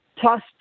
plus